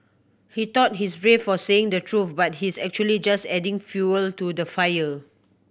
he thought he's brave for saying the truth but he's actually just adding fuel to the fire